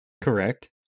Correct